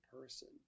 person